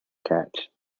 catch